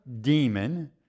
demon